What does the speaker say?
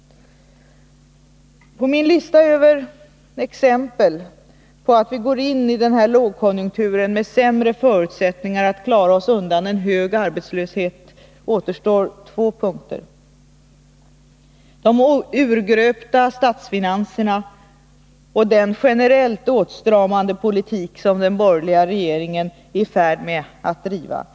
På min lista med exempel på att vi går in i den här lågkonjunkturen med sämre förutsättningar att klara oss undan en hög arbetslöshet återstår två punkter: De urgröpta statsfinanserna och den generellt åtstramande politik som den borgerliga regeringen är i färd med att driva igenom.